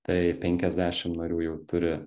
tai penkiasdešim narių jau turi